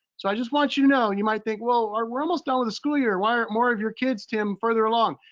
so i just want you to know. and you might think, well, we're almost done with the school year. why aren't more of your kids, tim, further along?